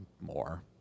more